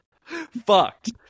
Fucked